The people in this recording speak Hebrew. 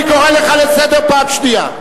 אני קורא אותך לסדר פעם שנייה.